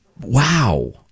Wow